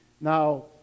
Now